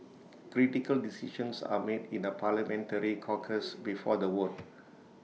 critical decisions are made in A parliamentary caucus before the vote